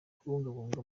kubungabunga